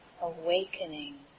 awakening